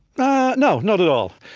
but no. not at all.